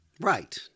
Right